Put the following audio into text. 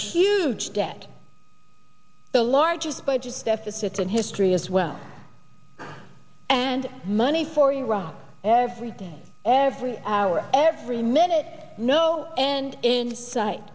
huge debt the largest budget deficits in history as well and money for iraq every day every hour every minute no end in sight